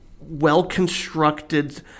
well-constructed